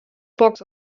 box